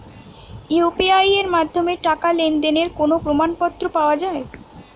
UPI এর মাধ্যমে টাকা লেনদেনের কোন কি প্রমাণপত্র পাওয়া য়ায়?